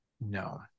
No